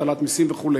הטלת מסים וכו'.